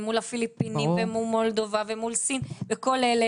מול הפיליפינים ומול מולדובה ומול סין, ותאילנד.